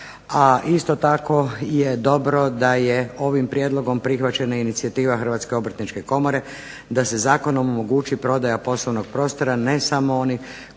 isto tako je dobro da je ovim prijedlogom prihvaćena inicijativa Hrvatske obrtničke komore da se zakonom omogući prodaja poslovnog prostora ne samo onih